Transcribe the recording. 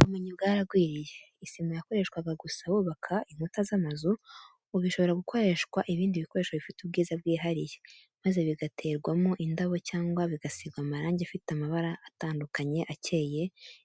Ubumenyi bwaragwiriye, isima yakoreshwaga gusa bubaka inkuta z'amazu, ubu ishobora gukorwamo ibindi bikoresho bifite ubwiza bwihariye, maze bigaterwamo indabo cyangwa bigasigwa amarangi afite amabara atandukanye, akeye,